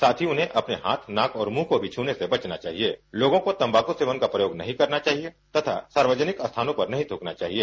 साथ ही उन्हें अपने नाक और मुंह को भी छुने से बचना चाहिए लोगों को तम्बाक सेवन का प्रयोग नहीं करना चाहिए तथा सार्वजनिक स्थानों पर नहीं थूकरना चाहिए